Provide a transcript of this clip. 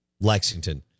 Lexington